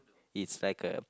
it's like a